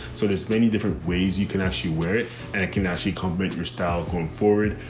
so there's many different ways you can actually wear it and it can actually comment your style going forward,